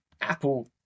Apple